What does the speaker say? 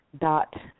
dot